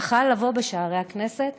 יכול לבוא בשערי הכנסת,